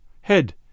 head